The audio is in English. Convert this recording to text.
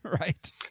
Right